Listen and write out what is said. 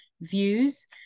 views